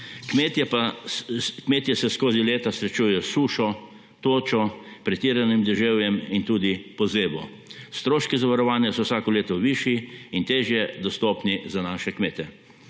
Kmetje se skozi leta srečujejo s sušo, točo, pretiranim deževjem in tudi pozebo. Stroški zavarovanja so vsako leto višji in težje dostopni za naše kmete.